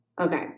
okay